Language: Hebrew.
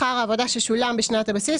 שכר העבודה ששולם בשנת הבסיס,